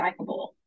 recyclable